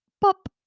pop